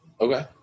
Okay